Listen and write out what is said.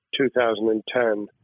2010